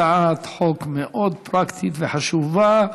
הצעת חוק מאוד פרקטית וחשובה.